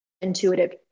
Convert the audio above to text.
intuitive